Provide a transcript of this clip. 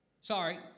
Sorry